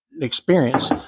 experience